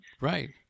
right